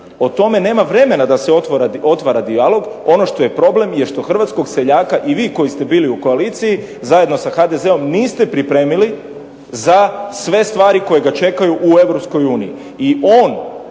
O tome nema vremena da se otvara dijalog. Ono što je problem je što hrvatskog seljaka i vi koji ste bili u koaliciji zajedno sa HDZ-om niste pripremili za sve stvari koje ga čekaju u Europskoj